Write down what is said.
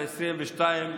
ל-2022,